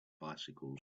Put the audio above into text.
bicycles